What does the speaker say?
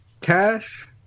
cash